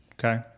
Okay